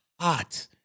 hot